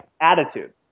attitude